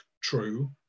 true